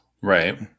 right